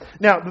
Now